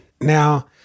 Now